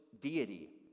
deity